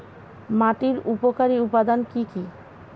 মাটির উপকারী উপাদান কি কি?